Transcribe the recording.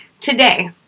Today